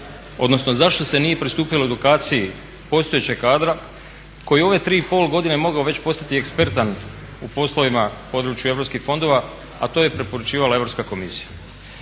odnosno zašto se nije pristupilo edukaciji postojećeg kadra koji je u ove 3,5 godine mogao već postati ekspertan u poslovima u području europskih fondova, a to je preporučivala Europska komisija.